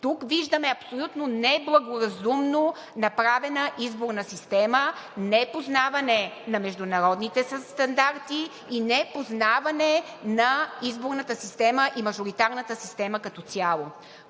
Тук виждаме абсолютно неблагоразумно направена изборна система, непознаване на международните стандарти и непознаване на изборната система и мажоритарната система като цяло.